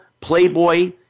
Playboy